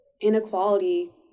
inequality